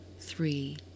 Three